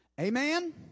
Amen